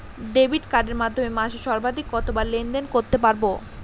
Debit কার্ডের মাধ্যমে মাসে সর্বাধিক কতবার লেনদেন করতে পারবো?